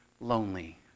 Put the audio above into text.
lonely